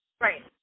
Right